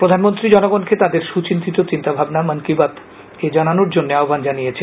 প্রধানমন্ত্রী জনগণকে তাদের সুচিন্তিত চিন্তাভাবনা মন কি বাত এ জানানোর আহ্মান জানিয়েছেন